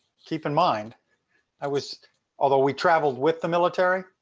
keep in mind i was although we traveled with the military,